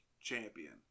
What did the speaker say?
Champion